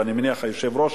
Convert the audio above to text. ואני מניח שהיושב-ראש,